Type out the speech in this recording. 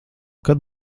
kad